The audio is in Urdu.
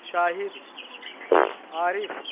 شاہد عارف